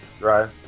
right